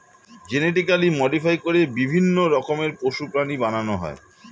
genetically modify করে বিভিন্ন রকমের পশু, প্রাণী বানানো হয়